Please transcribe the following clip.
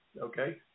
okay